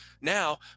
Now